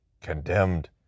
Condemned